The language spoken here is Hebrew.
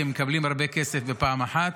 כי הם מקבלים הרבה כסף בפעם אחת.